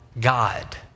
God